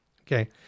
okay